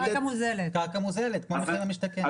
קרקע מוזלת, כמו במחיר למשתכן.